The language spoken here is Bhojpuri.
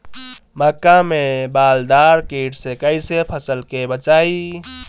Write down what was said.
मक्का में बालदार कीट से कईसे फसल के बचाई?